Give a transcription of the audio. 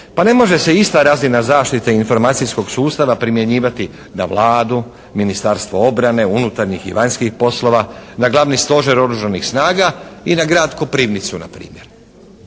pa ne može se ista razina zaštite informacijskog sustava primjenjivati na Vladu, Ministarstvo obrane, unutarnjih i vanjskih poslova, na Glavni stožer oružanih snaga i na Grad Koprivnicu na primjer.